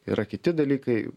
yra kiti dalykai